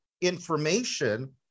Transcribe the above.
information